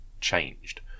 changed